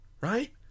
Right